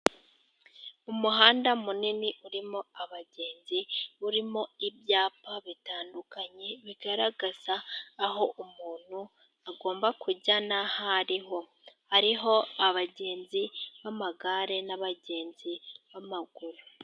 Umuhanda munini urimo abagenzi. Urimo ibyapa bitandukanye bigaragaza aho umuntu agomba kujya, n'aho ari ho. Hariho abagenzi b'amagare n'abagenzi b'amaguru.